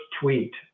tweet